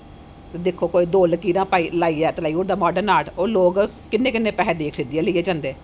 दिक्खो कोई दो लीकरा लाइयै ते लाई ओड़दा मार्डन आर्ट ओह् लोक किन्ने किन्ने पैसे देइयै खरीदी ऐ लेइयै जंदे